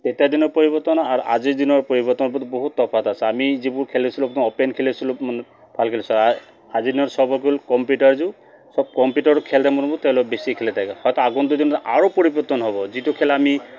তেতিয়াৰ দিনৰ পৰিৱৰ্তন আৰু আজিৰ দিনৰ পৰিৱৰ্তনৰ প্ৰতি বহুত টফাত আছে আমি যিবোৰ খেলিছিলোঁ একদম অ'পেন খেলিছিলোঁ মানে ভাল খেলিছিলোঁ আজিৰ দিনৰ চব হৈ গ'ল কম্পিউটাৰ যুগ চব কম্পিউটাৰৰ খেল ধেমালিবোৰ তেওঁলোক বেছি খেলি থাকে হয়তো আগন্তুক দিনৰ আৰু পৰিৱৰ্তন হ'ব যিটো খেল আমি